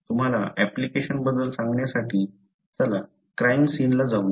तुम्हाला अँप्लिकेशन बद्दल सांगण्यासाठी चला क्राईम सीन ला जाऊया